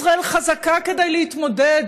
ישראל חזקה מספיק